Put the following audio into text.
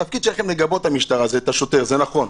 התפקיד שלכם לגבות את המשטרה, את השוטר, זה נכון,